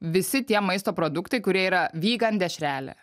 visi tie maisto produktai kurie yra vygan dešrelė